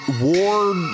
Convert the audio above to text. war